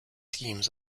schemes